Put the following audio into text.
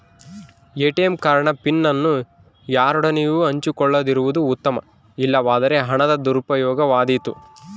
ATM card ನ PIN ಅನ್ನು ಯಾರೊಡನೆಯೂ ಹಂಚಿಕೊಳ್ಳದಿರುವುದು ಉತ್ತಮ, ಇಲ್ಲವಾದರೆ ಹಣದ ದುರುಪಯೋಗವಾದೀತು